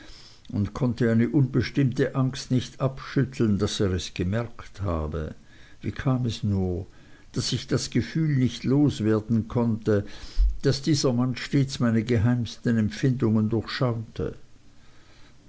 und konnte eine unbestimmte angst nicht abschütteln daß er es gemerkt habe wie kam es nur daß ich das gefühl nicht los werden konnte daß dieser mann stets meine geheimsten empfindungen